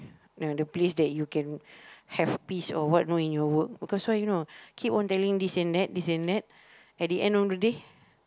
ya the place that you can have peace or what you know in your work because why you know keep on telling this and that this and that at the end of the day